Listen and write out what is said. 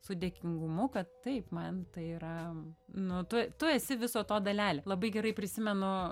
su dėkingumu kad taip man tai yra nu tu tu esi viso to dalelė labai gerai prisimenu